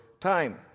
time